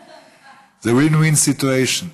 שיתקוף, מירי, זה win-win situation.